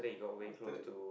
after